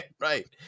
Right